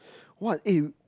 what eh